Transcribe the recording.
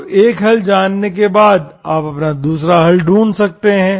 तो एक हल जानने के बाद आप अपना दूसरा हल ढूंढ सकते हैं